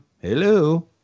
Hello